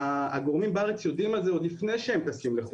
הגורמים בארץ יודעים על זה עוד לפני שהם טסים לחו"ל.